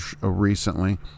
recently